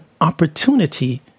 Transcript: opportunity